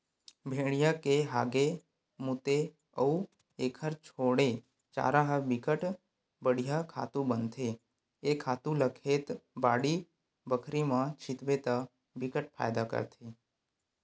भेड़िया के हागे, मूते अउ एखर छोड़े चारा ह बिकट बड़िहा खातू बनथे ए खातू ल खेत, बाड़ी बखरी म छितबे त बिकट फायदा करथे